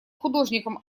художником